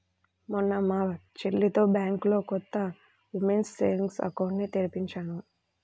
మొన్న మా చెల్లితో బ్యాంకులో కొత్త ఉమెన్స్ సేవింగ్స్ అకౌంట్ ని తెరిపించాను